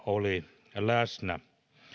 oli läsnä